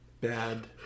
bad